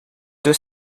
deux